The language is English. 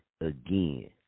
again